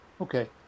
okay